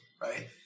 right